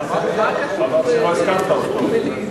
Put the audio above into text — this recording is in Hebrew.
ההצעה להעביר את הצעת חוק עבודת נשים